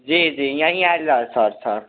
जी जी यहीं आयल जाउ सर